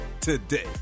today